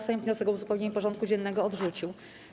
Sejm wniosek o uzupełnienie porządku dziennego odrzucił.